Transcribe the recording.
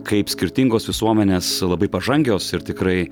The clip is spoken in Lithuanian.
kaip skirtingos visuomenės labai pažangios ir tikrai